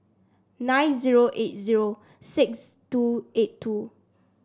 nine zero eight zero six two eight two